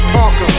Parker